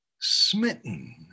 smitten